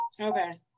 Okay